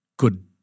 good